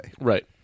Right